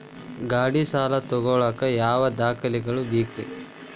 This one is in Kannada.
ಗಾಡಿ ಸಾಲ ತಗೋಳಾಕ ಯಾವ ದಾಖಲೆಗಳ ಬೇಕ್ರಿ?